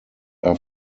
are